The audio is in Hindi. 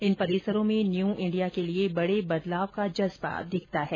इन परिसरों में न्यू इंडिया के लिए बड़े बदलाव का जज्बा दिखता है